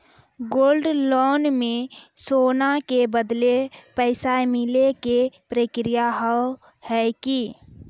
Gold loan मे सोना के बदले पैसा मिले के प्रक्रिया हाव है की?